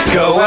go